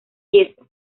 yeso